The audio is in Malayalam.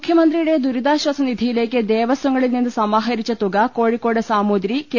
മുഖ്യമന്ത്രിയുടെ ദുരിതാശ്വാസ നിധിയിലേക്ക് ദേവസ്വങ്ങളിൽനിന്ന് സമാഹരിച്ച തുക കോഴിക്കോട് സാമൂതിരി കെ